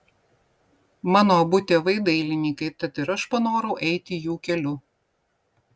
mano abu tėvai dailininkai tad ir aš panorau eiti jų keliu